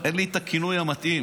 אין לי את הכינוי המתאים,